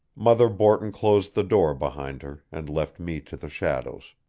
mother borton closed the door behind her, and left me to the shadows.